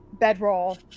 bedroll